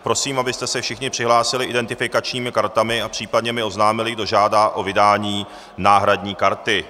Prosím, abyste se všichni přihlásili identifikačními kartami a případně mi oznámili, kdo žádá o vydání náhradní karty.